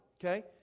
Okay